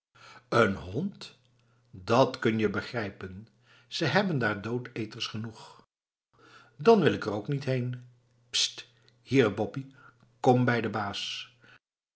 een hond dat kun je begrijpen ze hebben daar doodeters genoeg dan wil ik er ook niet heen pst hier boppie kom bij den baas